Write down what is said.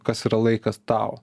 kas yra laikas tau